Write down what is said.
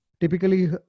typically